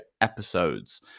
episodes